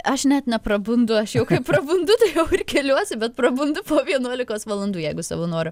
aš net neprabundu aš jau kai prabundu tai jau ir keliuosi bet prabundu po vienuolikos valandų jeigu savo noru